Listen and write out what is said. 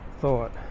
thought